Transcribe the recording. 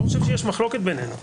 לא חושב שיש מחלוקת ביננו.